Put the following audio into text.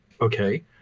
okay